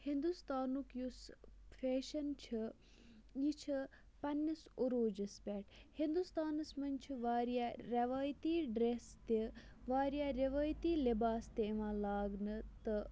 ہِندوستانُک یُس فیشَن چھِ یہِ چھِ پَننِس عروجَس پٮ۪ٹھ ہِندوستانَس مَنٛز چھِ واریاہ رِوٲیتی ڈریٚس تہِ واریاہ رِوٲیتی لِباس تہِ یِوان لاگنہٕ تہٕ